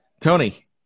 tony